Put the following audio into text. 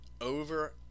over